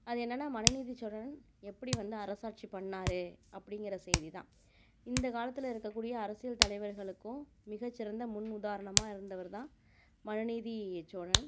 அது என்னெனா மனு நீதிச்சோழன் எப்படி வந்து அரசாட்சி பண்ணிணாரு அப்படிங்குற செய்திதான் இந்த காலத்திலருக்க கூடிய அரசியல் தலைவர்களுக்கும் மிகச்சிறந்த முன் உதாரணமாக இருந்தவர் தான் மனு நீதிச்சோழன்